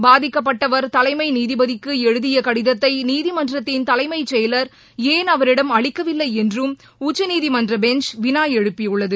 பாதிக்கப்பட்டவர் தலைமைநீதிபதிக்குஎழுதியகடிதத்தைநீதிமன்றத்தின் தலைமைச்செயலர் ஏன் அவரிடம் அளிக்கவில்லைஎன்றும் உச்சநீதிமன்றபெஞ்ச் வினாஎழுப்பியுள்ளது